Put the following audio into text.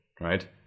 right